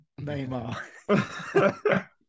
Neymar